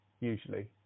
usually